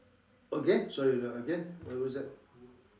again sorry again what what's that